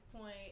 point